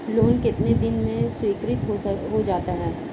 Loan कितने दिन में स्वीकृत हो जाता है?